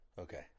Okay